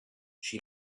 she